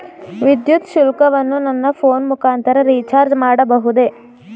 ವಿದ್ಯುತ್ ಶುಲ್ಕವನ್ನು ನನ್ನ ಫೋನ್ ಮುಖಾಂತರ ರಿಚಾರ್ಜ್ ಮಾಡಬಹುದೇ?